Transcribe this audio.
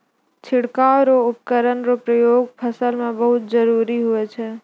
छिड़काव रो उपकरण रो प्रयोग फसल मे बहुत जरुरी हुवै छै